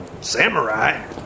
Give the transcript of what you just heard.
Samurai